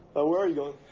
ah where are you going?